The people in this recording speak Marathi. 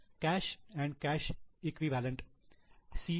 cash and cash equivalent C